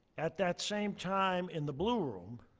at that same time in the blue room